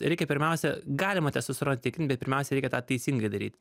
reikia pirmiausia galima testosteroną tikrint bet pirmiausia reikia tą teisingai daryt